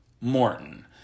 Morton